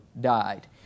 died